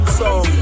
song